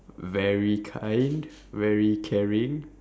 very kind very caring